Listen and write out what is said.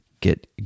get